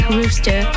Rooster